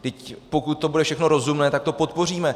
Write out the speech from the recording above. Vždyť pokud to bude všechno rozumné, tak to podpoříme.